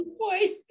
point